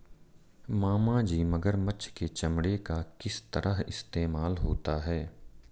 मामाजी मगरमच्छ के चमड़े का किस तरह इस्तेमाल होता है?